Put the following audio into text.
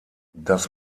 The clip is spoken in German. das